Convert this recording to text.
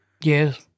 Yes